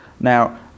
Now